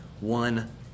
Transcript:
one